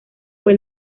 fue